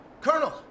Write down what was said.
Colonel